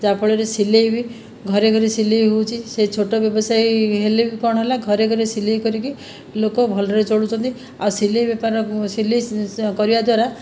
ଯାହା ଫଳରେ ସିଲେଇ ବି ଘରେ ଘରେ ସିଲେଇ ହେଉଛି ସିଏ ଛୋଟ ବ୍ୟବସାୟୀ ହେଲେ ବି କ'ଣ ହେଲା ଘରେ ଘରେ ସିଲେଇ କରିକି ଲୋକ ଭଲରେ ଚଳୁଛନ୍ତି ଆଉ ସିଲେଇ ବେପାର ସିଲେଇ କରିବା ଦ୍ଵାରା